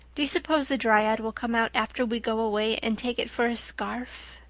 do you suppose the dryad will come out after we go away and take it for a scarf?